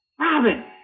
Robin